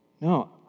No